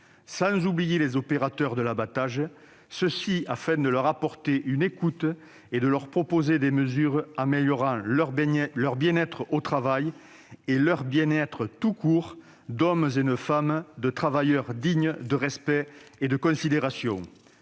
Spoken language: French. sans oublier les opérateurs de l'abattage, afin de leur apporter une écoute et de leur proposer des mesures améliorant leur « bien-être au travail » et leur bien-être tout court d'hommes et de femmes, de travailleurs dignes de respect et de considération.